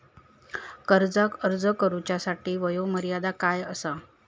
कर्जाक अर्ज करुच्यासाठी वयोमर्यादा काय आसा?